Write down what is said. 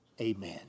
amen